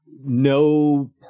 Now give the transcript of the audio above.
no